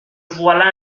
voilà